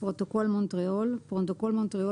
"פרוטוקול מונטריאול" פרוטוקול מונטריאול